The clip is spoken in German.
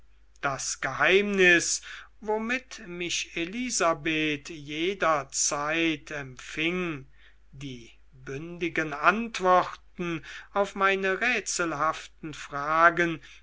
das geheimnis womit mich elisabeth jederzeit empfing die bündigen antworten auf meine rätselhaften fragen